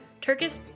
Turkish